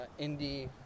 indie